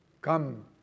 come